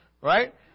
Right